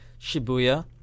Shibuya